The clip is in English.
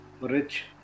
rich